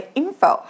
info